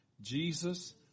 Jesus